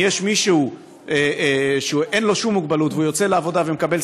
אם יש מישהו שאין לו שום מוגבלות והוא יוצא לעבודה והוא מקבל